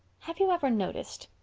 have you ever noticed,